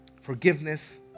forgiveness